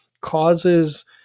causes